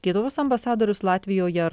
lietuvos ambasadorius latvijoje